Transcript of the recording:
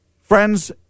Friends